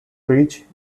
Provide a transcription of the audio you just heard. preach